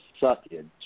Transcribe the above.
suckage